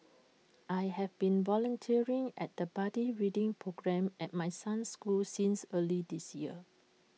I've been volunteering at the buddy reading programme at my son's school since early this year